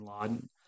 Laden